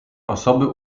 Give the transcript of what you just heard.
osoby